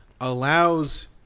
allows